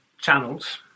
channels